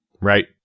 Right